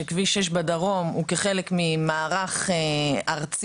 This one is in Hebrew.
שכביש 6 בדרום הוא כחלק ממערך ארצי,